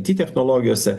ai ty technologijose